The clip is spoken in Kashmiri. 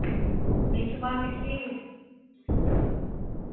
اۭں بیٚیہِ چھِوٕ باقٕے ٹھیٖک